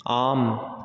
आम्